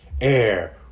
air